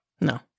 No